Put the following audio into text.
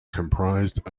comprised